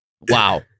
wow